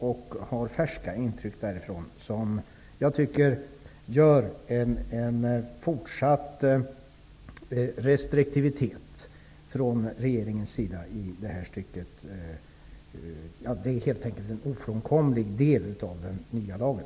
De har färska intryck därifrån som gör en fortsatt restriktivitet från regeringens sida till en ofrånkomlig del av den nya lagen.